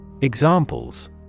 Examples